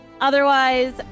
Otherwise